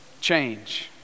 change